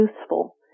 useful